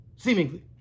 seemingly